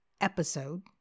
episode